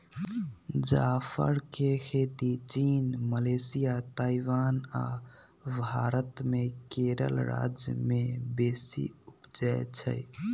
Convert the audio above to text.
जाफर के खेती चीन, मलेशिया, ताइवान आ भारत मे केरल राज्य में बेशी उपजै छइ